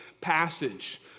passage